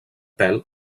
pèl